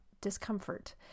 discomfort